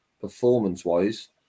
performance-wise